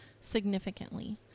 significantly